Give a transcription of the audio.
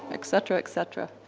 et cetera, et cetera.